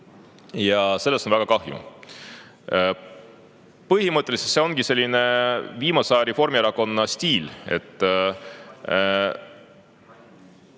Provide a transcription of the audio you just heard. Ja sellest on väga kahju. Põhimõtteliselt see ongi viimase aja Reformierakonna stiil: